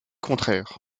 contraire